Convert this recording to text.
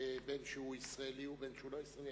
בין שהוא ישראלי ובין שהוא לא ישראלי.